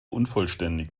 unvollständig